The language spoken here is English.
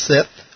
Sith